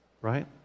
right